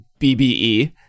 BBE